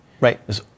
Right